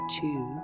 two